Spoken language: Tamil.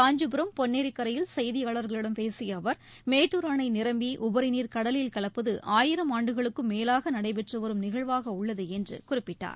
காஞ்சிபுரம் பொன்னேரிக்கரையில் செய்தியாளர்களிடம் பேசிய அவர் மேட்டூர் அணை நிரம்பி உபரிநீர் கடலில் கலப்பது ஆயிரம் ஆண்டுகளுக்கும் மேலாக நடைபெற்று வரும் நிகழ்வாக உள்ளது என்று குறிப்பிட்டார்